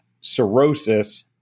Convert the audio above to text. cirrhosis